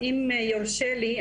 אם יורשה לי,